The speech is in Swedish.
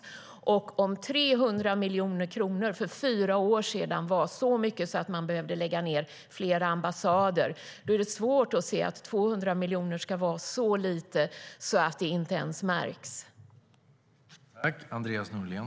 Om 300 miljoner kronor för fyra år sedan var så mycket att man behövde lägga ned flera ambassader är det svårt att se att 200 miljoner ska vara så lite att det inte ens märks.